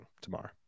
tomorrow